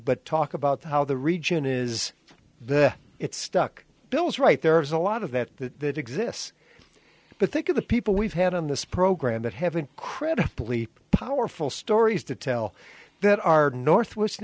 but talk about how the region is the it's stuck bill's right there is a lot of that exists but think of the people we've had on this program that have incredibly powerful stories to tell that are northwest